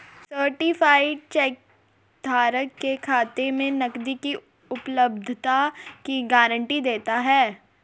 certified cheque धारक के खाते में नकदी की उपलब्धता की गारंटी देता है